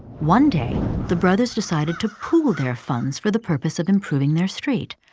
one day the brothers decided to pool their funds for the purpose of improving their street.